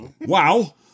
Wow